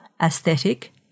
aesthetic